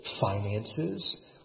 finances